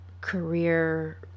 career